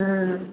हुँ